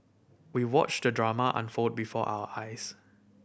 we watched the drama unfold before our eyes